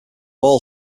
all